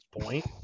point